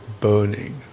burning